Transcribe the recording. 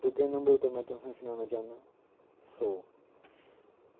दुगे number उप्पर में तुसें सनाना चाह्नां सौ